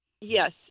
Yes